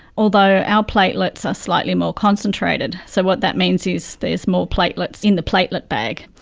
although our platelets are slightly more concentrated. so what that means is there's more platelets in the platelet bag.